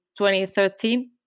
2013